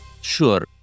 Sure